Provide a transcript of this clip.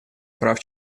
прав